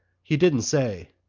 he didn't say.